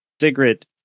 Sigrid